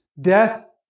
death